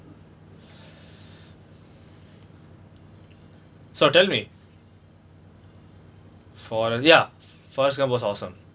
so tell me forr~ ya forrest gump was awesome